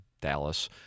Dallas